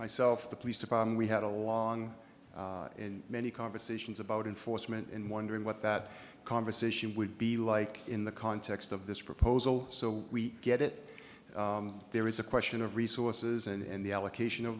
myself the police department we had a long and many conversations about enforcement in wondering what that conversation would be like in the context of this proposal so we get it there is a question of resources and the allocation of